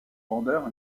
vendeurs